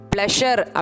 Pleasure